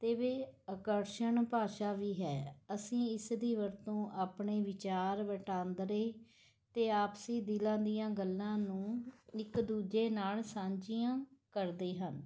ਅਤੇ ਵ ਇਹ ਆਕਰਸ਼ਣ ਭਾਸ਼ਾ ਵੀ ਹੈ ਅਸੀਂ ਇਸ ਦੀ ਵਰਤੋਂ ਆਪਣੇ ਵਿਚਾਰ ਵਟਾਂਦਰੇ ਅਤੇ ਆਪਸੀ ਦਿਲਾਂ ਦੀਆਂ ਗੱਲਾਂ ਨੂੰ ਇੱਕ ਦੂਜੇ ਨਾਲ਼ ਸਾਂਝੀਆਂ ਕਰਦੇ ਹਨ